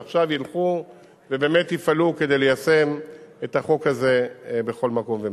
שעכשיו ילכו ובאמת יפעלו כדי ליישם את החוק הזה בכל מקום ומקום.